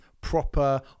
proper